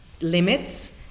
limits